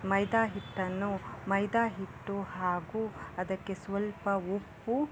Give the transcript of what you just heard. ಮೈದಾ ಹಿಟ್ಟನ್ನು ಮೈದಾ ಹಿಟ್ಟು ಹಾಗು ಅದಕ್ಕೆ ಸ್ವಲ್ಪ ಉಪ್ಪು